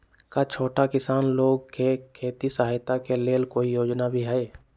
का छोटा किसान लोग के खेती सहायता के लेंल कोई योजना भी हई?